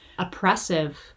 oppressive